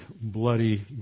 bloody